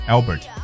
Albert